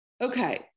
okay